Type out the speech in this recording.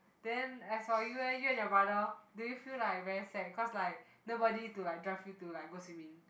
then as for you eh you and your brother do you feel like very sad cause like nobody to like draft you to like go swimming